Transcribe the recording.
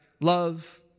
Love